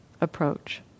approach